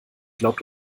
glaubt